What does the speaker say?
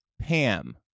Pam